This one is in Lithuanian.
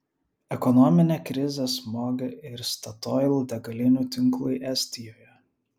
ekonominė krizė smogė ir statoil degalinių tinklui estijoje